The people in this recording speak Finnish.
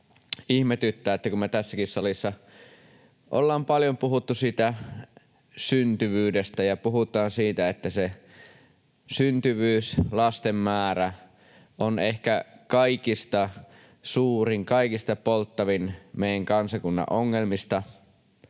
ihmetyttää, että kun me tässäkin salissa ollaan paljon puhuttu syntyvyydestä ja puhutaan siitä, että se syntyvyys, lasten määrä, on ehkä kaikista suurin ja kaikista polttavin meidän kansakunnan ongelmista,